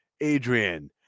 Adrian